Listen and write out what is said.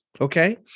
Okay